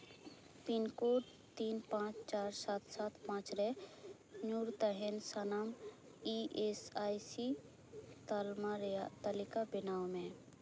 pin code ᱛᱤᱱ ᱯᱟᱸᱪ ᱪᱟᱨ ᱥᱟᱛ ᱥᱟᱛ ᱯᱟᱸᱪ ᱨᱮ ᱧᱩᱨ ᱛᱟᱦᱮᱱ ᱥᱟᱱᱟᱢ ᱤ ᱮᱥ ᱟᱭ ᱥᱤ ᱛᱟᱞᱢᱟ ᱨᱮᱭᱟᱜ ᱛᱟᱹᱞᱤᱠᱟ ᱵᱮᱱᱟᱣ ᱢᱮ